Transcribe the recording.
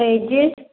age